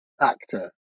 actor